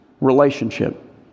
relationship